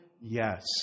yes